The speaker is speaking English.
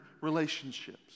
relationships